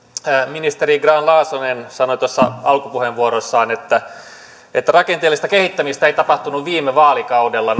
ministeri grahn laasonen sanoi tuossa alkupuheenvuorossaan että että rakenteellista kehittämistä ei tapahtunut viime vaalikaudella